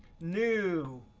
new.